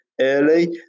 early